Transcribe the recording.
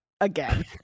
again